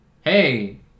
hey